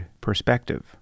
perspective